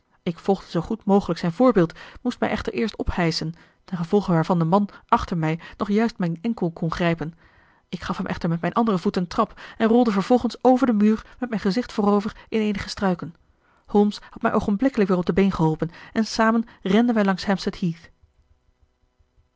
ik volgde zoo goed mogelijk zijn voorbeeld moest mij echter eerst ophijschen ten gevolge waarvan de man achter mij nog juist mijn enkel kon grijpen ik gaf hem echter met mijn anderen voet een trap en rolde vervolgens over den muur met mijn gezicht voorover in eenige struiken holmes had mij oogenblikkelijk weer op de been geholpen en samen renden wij langs